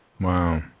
Wow